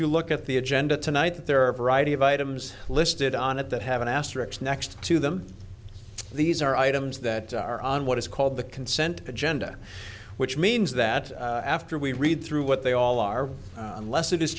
you look at the agenda tonight there are a variety of items listed on it that have an asterisk next to them these are items that are on what is called the consent agenda which means that after we read through what they all are unless